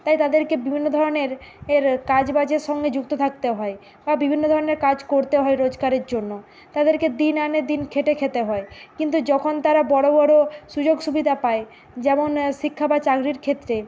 তাই তাদেরকে বিভিন্ন ধরনের এর কাজবাজের সঙ্গে যুক্ত থাকতে হয় বা বিভিন্ন ধরনের কাজ করতে হয় রোচকারের জন্য তাদেরকে দিন আনে দিন খেটে খেতে হয় কিন্তু যখন তারা বড়ো বড়ো সুযোগ সুবিধা পায় যেমন শিক্ষা বা চাকরির ক্ষেত্রে